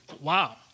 Wow